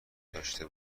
داشته